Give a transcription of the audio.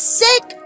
sick